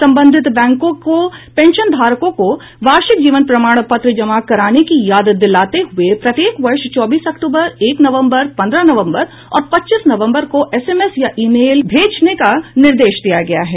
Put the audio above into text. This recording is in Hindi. संबंधित बैंकों को पेंशनधारकों को वार्षिक जीवन प्रमाण पत्र जमा कराने की याद दिलाते हुए प्रत्येक वर्ष चौबीस अक्टूबर एक नवम्बर पन्द्रह नवम्बर और पच्चीस नवम्बर को एसएमएस या ईमेल भेजने का निर्देश दिया गया है